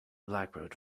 blackbird